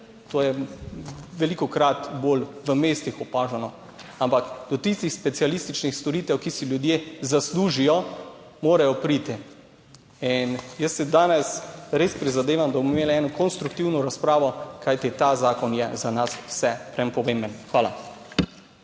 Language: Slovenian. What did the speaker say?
To je velikokrat bolj v mestih opaženo, ampak do tistih specialističnih storitev, ki si ljudje zaslužijo morajo priti. In jaz si danes res prizadevam, da bomo imeli eno konstruktivno razpravo, kajti ta zakon je za nas vse pomemben. Hvala.